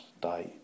die